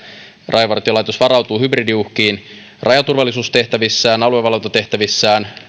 rajavartiolaitos varautuu hybridiuhkiin rajaturvallisuustehtävissään aluevalvontatehtävissään